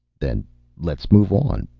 then let's move on,